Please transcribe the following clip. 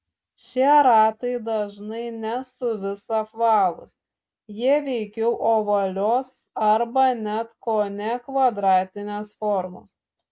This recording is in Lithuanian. šie ratai dažnai ne suvis apvalūs jie veikiau ovalios arba net kone kvadratinės formos